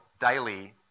daily